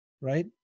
right